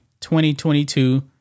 2022